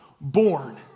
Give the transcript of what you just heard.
born